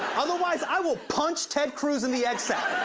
otherwise, i will punch ted cruz in the egg sack.